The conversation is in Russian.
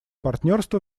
партнерство